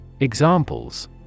Examples